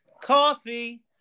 coffee